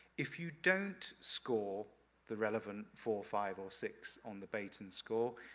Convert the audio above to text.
if you don't score the relevant four, five, or six on the beighton score,